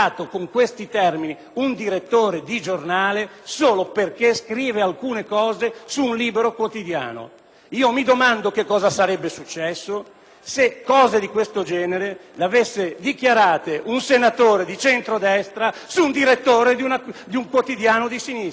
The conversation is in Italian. solo perché scrive alcune cose su un libero quotidiano. Mi domando cosa sarebbe successo se cose di questo genere le avesse dichiarate un senatore di centrodestra su un direttore di un quotidiano di sinistra. Mi domando in quanti si sarebbero stracciati le vesti.